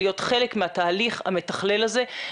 להיות חלק מהתהליך המתכלל הזה.